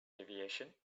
aviation